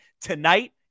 Tonight